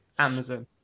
amazon